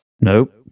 Nope